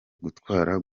gutwara